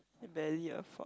barely you afford